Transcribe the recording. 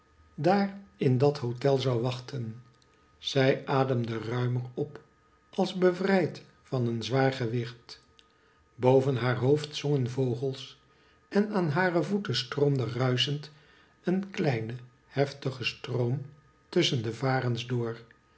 daar in dat hotel zou wachten zij ademde ruimer op als bevrijd van een zwaar gewicht boven haar hoofd zongen vogels en aan hare voeten stroomde ruischend een kleine heftige stroom tusschen de varens door